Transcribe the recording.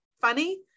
funny